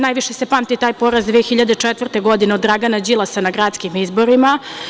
Najviše se pamti taj poraz 2004. godine od Dragana Đilasa na gradskim izborima.